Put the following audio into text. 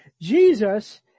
Jesus